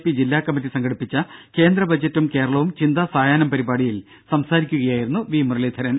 P ജില്ലാ കമ്മിറ്റി സംഘടിപ്പിച്ച കേന്ദ്ര ബജറ്റും കേരളവും ചിന്താ സായാഹ്നം പരിപാടിയിൽ സംസാരിക്കുകയായിരുന്നു വി മുരളീധരൻ